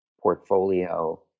portfolio